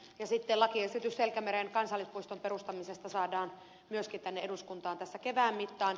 sitten lakiesitys selkämeren kansallispuiston perustamisesta saadaan myöskin tänne eduskuntaan tässä kevään mittaan